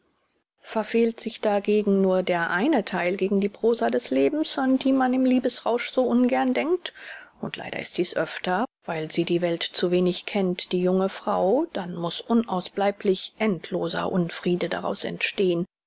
verfehlt sich dagegen nur der eine theil gegen die prosa des lebens an die man im liebesrausch so ungern denkt und leider ist dies öfter weil sie die welt zu wenig kennt die junge frau dann muß unausbleiblich endloser unfriede daraus entstehen